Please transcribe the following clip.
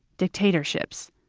dictatorships,